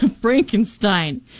frankenstein